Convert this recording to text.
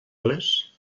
les